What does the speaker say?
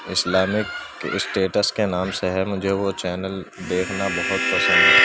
Islamic states کے نام سے ہے مجھے وہ چینل دیکھنا بہت پسند